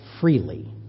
freely